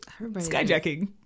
skyjacking